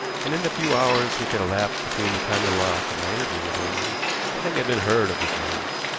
and in the few hours which had elapsed between the time of the loss and my interview with him nothing had been heard of the jewels.